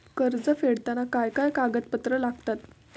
कर्ज फेडताना काय काय कागदपत्रा लागतात?